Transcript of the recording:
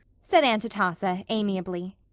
said aunt atossa, amiably.